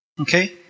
okay